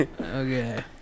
Okay